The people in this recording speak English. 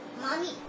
Mommy